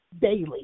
daily